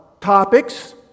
topics